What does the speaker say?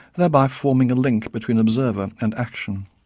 thereby forming a link between observer and action.